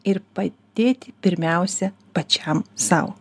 ir padėti pirmiausia pačiam sau